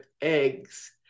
eggs